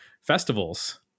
festivals